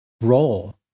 role